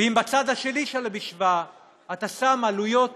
ואם בצד השני של המשוואה אתה שם עלויות